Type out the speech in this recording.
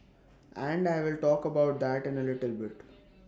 and I will talk about that in A little bit